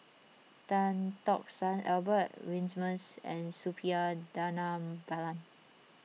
Tan Tock San Albert Winsemius and Suppiah Dhanabalan